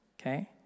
okay